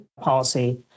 policy